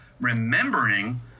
remembering